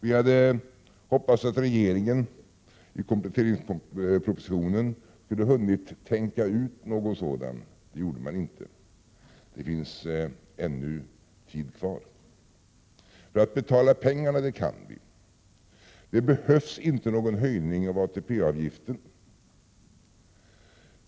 Vi hade hoppats att regeringen i kompletteringspropositionen skulle hunnit tänka ut någon sådan; det gjorde man inte. Det finns ännu tid kvar. Att betala pengarna kan vi — det behövs inte någon höjning av ATP avgiften.